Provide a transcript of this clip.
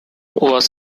was